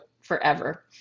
forever